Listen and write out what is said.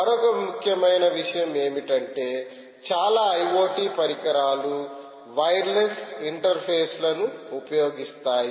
మరొక ముఖ్యమైన విషయం ఏమిటంటే చాలా ఐఓటీ పరికరాలు వైర్లెస్ ఇంటర్ఫేస్లను ఉపయోగిస్తాయి